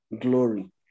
glory